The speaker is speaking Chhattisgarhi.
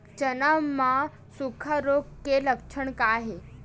चना म सुखा रोग के लक्षण का हे?